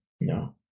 No